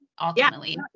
Ultimately